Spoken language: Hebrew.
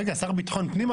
רגע, שר לביטחון פנים?